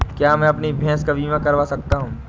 क्या मैं अपनी भैंस का बीमा करवा सकता हूँ?